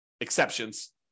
exceptions